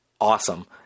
awesome